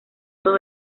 todo